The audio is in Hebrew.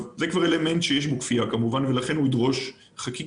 זה אלמנט שכבר יש בו כפייה ולכן הוא ידרוש חקיקה,